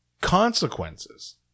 Consequences